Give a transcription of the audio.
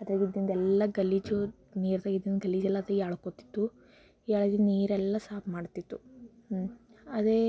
ಅದ್ರಾಗಿದ್ದಿಂದು ಎಲ್ಲ ಗಲೀಜು ನೀರ್ದಾಗಿದ್ದಿಂದು ಗಲೀಜು ಎಲ್ಲ ಅದು ಎಳ್ಕೊಳ್ತಿತ್ತು ಎಳೆದು ನೀರೆಲ್ಲ ಸಾಪ್ ಮಾಡ್ತಿತ್ತು ಅದೇ